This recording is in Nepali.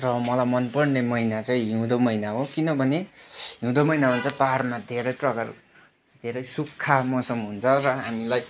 र मलाई मनपर्ने महिना चाहिँ हिउँदो महिना हो किनभने हिउँदो महिनामा चाहिँ पाहाडमा धेरै प्रकारको धेरै सुक्खा मौसम हुन्छ र हामीलाई